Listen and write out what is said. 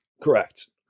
Correct